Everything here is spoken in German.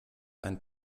ein